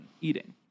eating